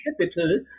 capital